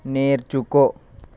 నేర్చుకో